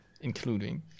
including